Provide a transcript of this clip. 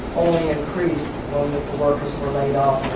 only increased when the workers were laid off